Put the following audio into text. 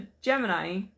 Gemini